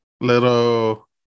little